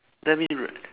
let me